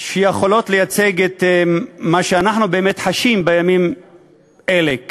שיכולות לייצג את מה שאנחנו באמת חשים בימים קשים אלה,